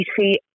see